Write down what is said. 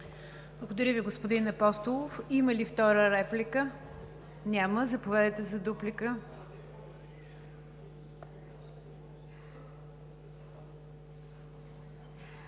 Благодаря Ви, господин Апостолов. Има ли втора реплика? Няма. Заповядайте за дуплика,